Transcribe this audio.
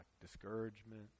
discouragement